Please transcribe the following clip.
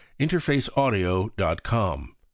InterfaceAudio.com